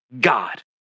God